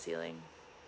ceiling